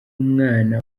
umwana